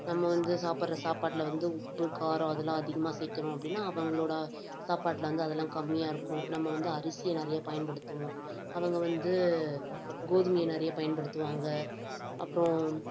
நம்ம வந்து சாப்பிட்ற சாப்பாட்டில வந்து உப்பு காரம் அதெலாம் அதிகமாக சேர்க்குறோம் அப்படின்னா அவங்களோடய சாப்பாட்டில வந்து அதெல்லாம் கம்மியாக இருக்கும் நம்ம வந்து அரிசியை நிறைய பயன்படுத்துவோம் அவங்க வந்து கோதுமையை நிறைய பயன்படுத்துவாங்க அப்புறம்